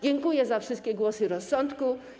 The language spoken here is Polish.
Dziękuję za wszystkie głosy rozsądku.